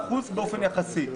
25% באופן יחסי.